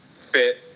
fit